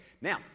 Now